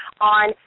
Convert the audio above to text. on